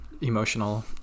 emotional